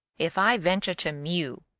if i venture to mew,